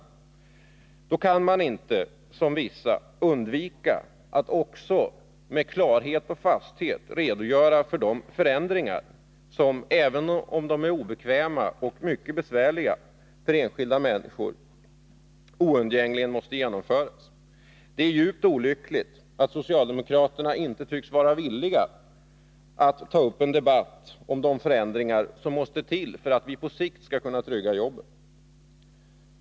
Då kan man inte, som vissa andra, undvika att också med klarhet och fasthet redogöra för de förändringar som — även om de är obekväma och mycket besvärliga för enskilda människor — oundgängligen måste genomföras. Det är djupt olyckligt att socialdemokraterna inte tycks vara villiga att ta upp en debatt om de förändringar som måste till för att vi på sikt skall kunna trygga jobben.